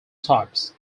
types